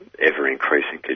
ever-increasing